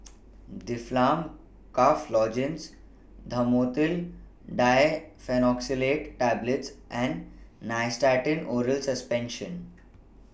Difflam Cough Lozenges Dhamotil Diphenoxylate Tablets and Nystatin Oral Suspension